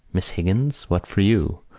miss higgins, what for you?